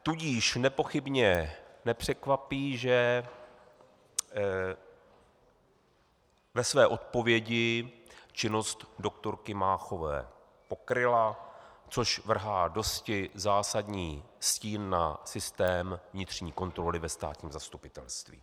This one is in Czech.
Tudíž nepochybně nepřekvapí, že ve své odpovědi činnost doktorky Máchové pokryla, což vrhá dosti zásadní stín na systém vnitřní kontroly ve státním zastupitelství.